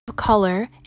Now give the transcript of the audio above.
Color